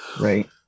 Right